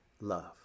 love